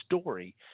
story